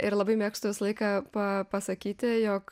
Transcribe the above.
ir labai mėgstu visą laiką pa pasakyti jog